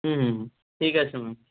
হুম হুম হুম ঠিক আছে ম্যাম